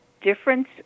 difference